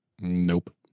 Nope